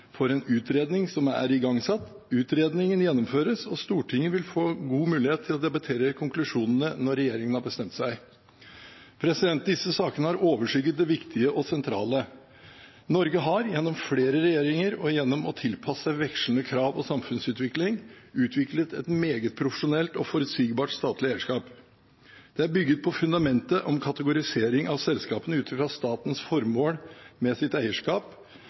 for en utredning som er igangsatt. Utredningen gjennomføres, og Stortinget vil få god mulighet til å debattere konklusjonen når regjeringen har bestemt seg. Disse sakene har overskygget det viktige og sentrale. Norge har, gjennom flere regjeringer og gjennom å tilpasse seg vekslende krav og samfunnsutvikling, utviklet et meget profesjonelt og forutsigbart statlig eierskap. Det er bygget på fundamentet om kategorisering av selskapene ut fra statens formål med sitt eierskap